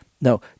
No